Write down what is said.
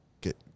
get